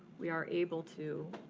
we are able to,